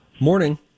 Morning